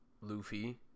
Luffy